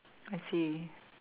I see